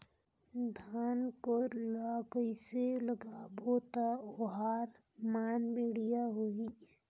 धान कर ला कइसे लगाबो ता ओहार मान बेडिया होही?